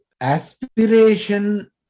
aspiration